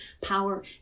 power